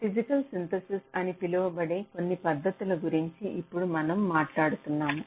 physical synthesis అని పిలవబడే కొన్ని పద్ధతుల గురించి ఇప్పుడు మనం మాట్లాడుతున్నాము